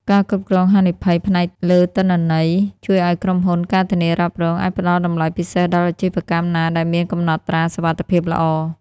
ការគ្រប់គ្រងហានិភ័យ ផ្អែកលើទិន្នន័យ ជួយឱ្យក្រុមហ៊ុន ការធានារ៉ាប់រង អាចផ្ដល់តម្លៃពិសេសដល់អាជីវកម្មណាដែលមានកំណត់ត្រាសុវត្ថិភាពល្អ។